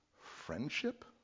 friendship